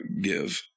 give